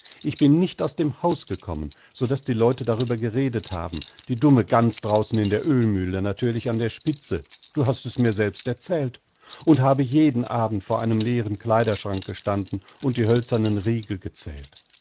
ich bin nicht aus dem haus gekommen so daß die leute darüber geredet haben die dumme gans draußen in der ölmühle natürlich an der spitze du hast es mir selbst erzählt und habe jeden abend vor einem leeren kleiderschrank gestanden und die hölzernen riegel gezählt